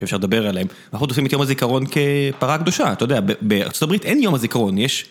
אפשר לדבר עליהם. אנחנו עושים את יום הזיכרון כפרה קדושה, אתה יודע, בארה״ב אין יום הזיכרון, יש...